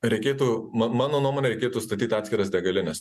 reikėtų ma mano nuomone reikėtų statyti atskiras degalines